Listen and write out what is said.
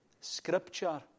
Scripture